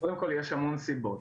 קודם כל יש המון סיבות.